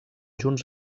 junts